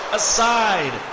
aside